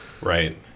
Right